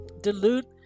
Dilute